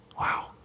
Wow